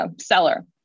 seller